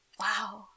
Wow